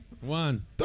One